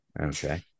Okay